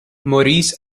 maurice